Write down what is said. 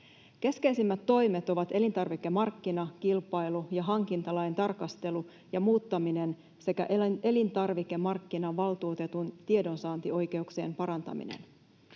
Keskeisimmät toimet ovat elintarvikemarkkina-, kilpailu- ja hankintalain tarkastelu ja muuttaminen sekä elintarvikemarkkinavaltuutetun tiedonsaantioikeuksien parantaminen.